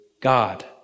God